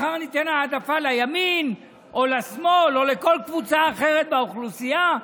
מחר ניתן העדפה לימין או לשמאל או לכל קבוצה אחרת באוכלוסייה?